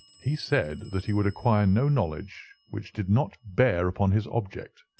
he said that he would acquire no knowledge which did not bear upon his object.